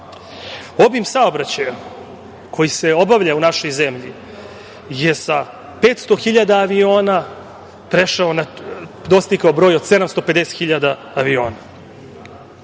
saobraćaja koji se obavljao u našoj zemlji je sa 500.000 aviona dostigao broj od 750.000 aviona.